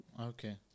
Okay